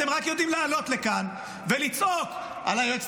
אתם רק יודעים לעלות לכאן ולצעוק על היועצת